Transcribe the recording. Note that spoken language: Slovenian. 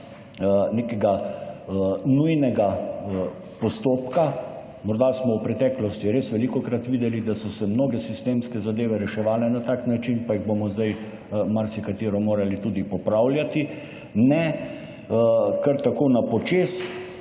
nekega nujnega postopka. Morda smo v preteklosti res velikokrat videli, da so se mnoge sistemske zadeve reševale na tak način, pa jih bomo zdaj, marsikatero morali tudi popravljati, ne kar tako na počez.